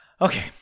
Okay